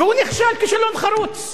והוא נכשל כישלון חרוץ.